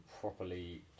properly